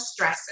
stressor